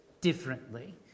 differently